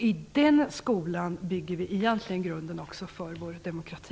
I den skolan bygger vi egentligen grunden också för vår demokrati.